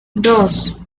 dos